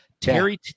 Terry